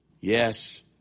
Yes